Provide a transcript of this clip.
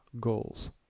goals